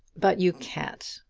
but you can't.